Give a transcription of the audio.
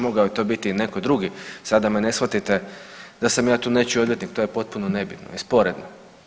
Mogao je to biti i neko drugi, sad da me ne shvatite da sam ja tu nečiji odvjetnik, to je potpuno nebitno i sporedno.